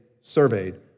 surveyed